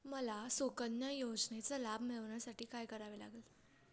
मला सुकन्या योजनेचा लाभ मिळवण्यासाठी काय करावे लागेल?